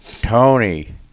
Tony